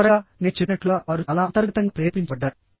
చివరగా నేను చెప్పినట్లుగా వారు చాలా అంతర్గతంగా ప్రేరేపించబడ్డారు